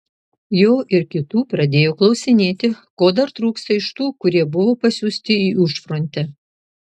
jo ir kitų pradėjo klausinėti ko dar trūksta iš tų kurie buvo pasiųsti į užfrontę